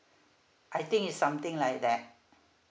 I think it's something like that